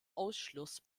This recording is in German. ausschluss